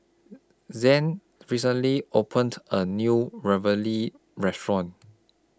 Zed recently opened A New Ravioli Restaurant